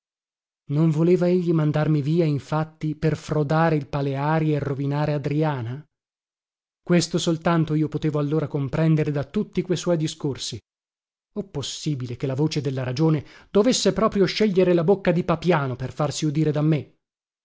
non voleva egli mandarmi via infatti per frodare il paleari e rovinare adriana questo soltanto io potevo allora comprendere da tutti que suoi discorsi oh possibile che la voce della ragione dovesse proprio scegliere la bocca di papiano per farsi udire da me